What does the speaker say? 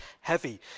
heavy